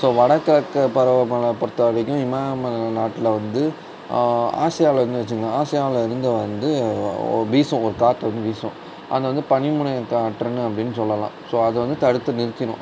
so வடகிழக்கு பருவங்களை பொருத்த வரைக்கும் இமயமலை நாட்டில் வந்து ஆசியாவிலனு வச்சுக்கோங்க ஆசியாவில் இருந்து வந்து வீசும் ஒரு காற்று வந்து வீசும் அதில் வந்து பனிமுனை காற்றுனு அப்டீன்னு சொல்லலாம் ஸோ அதை வந்து தடுத்து நிறுத்திவிடும்